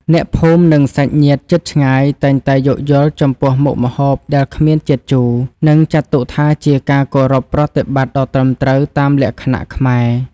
អ្នកភូមិនិងសាច់ញាតិជិតឆ្ងាយតែងតែយោគយល់ចំពោះមុខម្ហូបដែលគ្មានជាតិជូរ និង ចាត់ទុកថាជាការគោរពប្រតិបត្តិដ៏ត្រឹមត្រូវតាមលក្ខណៈខ្មែរ។